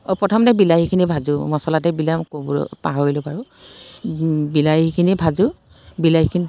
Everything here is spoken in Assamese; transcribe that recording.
প্ৰথমতে বিলাহীখিনি ভাজোঁ মচলাতে বিলাওঁ ক'ব পাহৰিলোঁ বাৰু বিলাহীখিনি ভাজোঁ বিলাহীখিনি